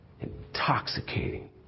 Intoxicating